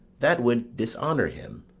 that would dishonour him.